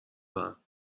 دارم